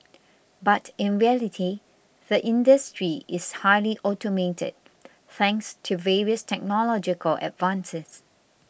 but in reality the industry is highly automated thanks to various technological advances